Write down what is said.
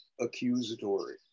accusatory